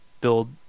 build